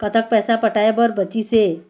कतक पैसा पटाए बर बचीस हे?